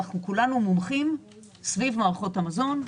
כולנו מומחים סביב מערכות המזון.